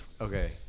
Okay